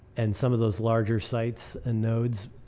and some of those larger sites and nodes